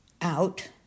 out